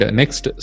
next